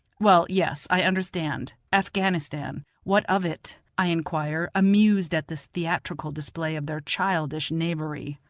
well, yes, i understand afghanistan what of it? i inquire, amused at this theatrical display of their childish knavery.